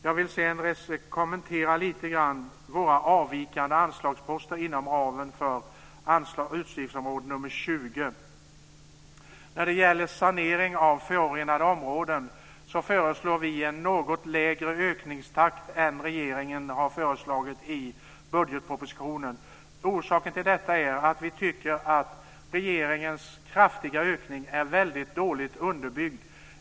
Jag vill sedan lite grann kommentera våra avvikande anslagsposter inom ramen för utgiftsområde När det gäller sanering av förorenade områden föreslår vi en något lägre ökningstakt än vad regeringen har föreslagit i budgetpropositionen. Orsaken till detta är att vi tycker att regeringens kraftiga ökning är väldigt dåligt underbyggd.